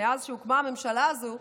מאז שהוקמה הממשלה הזו,